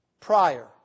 prior